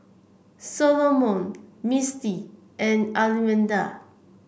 Solomon Misti and Almeda